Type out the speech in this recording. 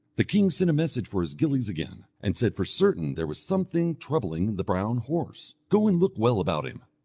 the king sent a message for his gillies again, and said for certain there was something troubling the brown horse. go and look well about him.